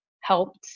helped